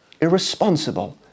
irresponsible